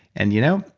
and you know,